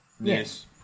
Yes